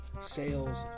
sales